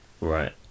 Right